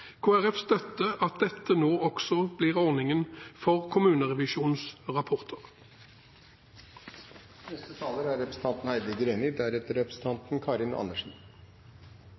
støtter at dette nå også blir ordningen for kommunerevisjonens rapporter.